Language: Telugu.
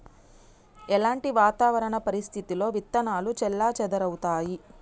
ఎలాంటి వాతావరణ పరిస్థితుల్లో విత్తనాలు చెల్లాచెదరవుతయీ?